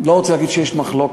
לא רוצה להגיד שיש מחלוקת,